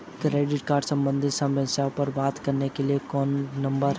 Credit card सम्बंधित समस्याओं पर बात करने के लिए कोई नंबर है?